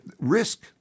risk